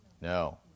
No